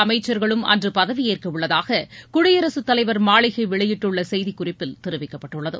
அமைச்சர்களும் அன்று பதவியேற்கவுள்ளதாக குடியரசுத் தலைவர் மாளிகை புதிய வெளியிட்டுள்ள செய்திக் குறிப்பில் தெரிவிக்கப்பட்டுள்ளது